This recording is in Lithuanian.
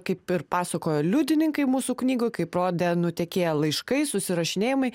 kaip ir pasakojo liudininkai mūsų knygoj kaip rodė nutekėję laiškai susirašinėjimai